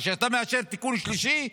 כשאתה מאשר תיקון שלישי,